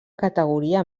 categoria